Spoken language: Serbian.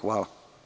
Hvala.